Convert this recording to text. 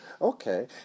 Okay